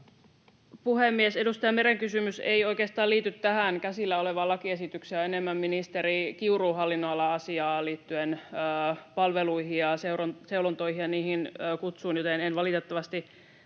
puhemies! Edustaja Meren kysymys ei oikeastaan liity tähän käsillä olevaan lakiesitykseen ja on enemmän ministeri Kiurun hallinnonalan asiaa liittyen palveluihin ja seulontoihin ja niiden kutsuihin, joten en valitettavasti